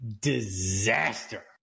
disaster